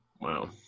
wow